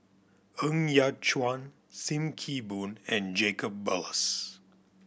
Ng Yat Chuan Sim Kee Boon and Jacob Ballas